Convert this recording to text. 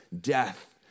death